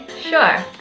sure.